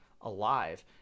alive